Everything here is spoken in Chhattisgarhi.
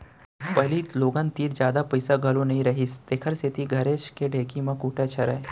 पहिली लोगन तीन जादा पइसा घलौ नइ रहिस तेकर सेती घरेच के ढेंकी म कूटय छरय